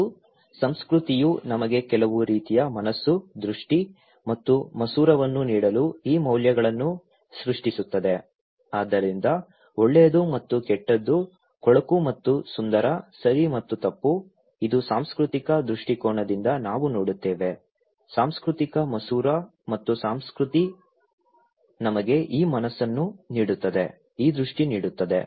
ಮತ್ತು ಸಂಸ್ಕೃತಿಯು ನಮಗೆ ಕೆಲವು ರೀತಿಯ ಮನಸ್ಸು ದೃಷ್ಟಿ ಮತ್ತು ಮಸೂರವನ್ನು ನೀಡಲು ಈ ಮೌಲ್ಯಗಳನ್ನು ಸೃಷ್ಟಿಸುತ್ತದೆ ಆದ್ದರಿಂದ ಒಳ್ಳೆಯದು ಮತ್ತು ಕೆಟ್ಟದು ಕೊಳಕು ಮತ್ತು ಸುಂದರ ಸರಿ ಮತ್ತು ತಪ್ಪು ಇದು ಸಾಂಸ್ಕೃತಿಕ ದೃಷ್ಟಿಕೋನದಿಂದ ನಾವು ನೋಡುತ್ತೇವೆ ಸಾಂಸ್ಕೃತಿಕ ಮಸೂರ ಮತ್ತು ಸಂಸ್ಕೃತಿ ನಮಗೆ ಈ ಮನಸ್ಸನ್ನು ನೀಡುತ್ತದೆ ಈ ದೃಷ್ಟಿ ನೀಡುತ್ತದೆ